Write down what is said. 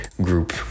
group